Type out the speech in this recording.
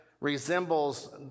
resembles